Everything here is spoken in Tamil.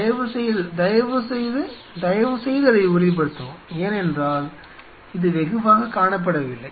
தயவு செய்து தயவுசெய்து தயவு செய்து அதை உறுதிப்படுத்தவும் ஏனென்றால் இது வெகுவாகக் காணப்படவில்லை